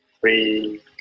Free